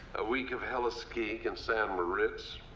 a week of heli-skiing in saint moritz.